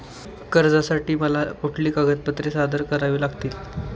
कर्जासाठी मला कुठली कागदपत्रे सादर करावी लागतील?